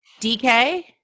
DK